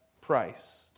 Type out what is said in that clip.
price